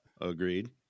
Agreed